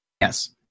Yes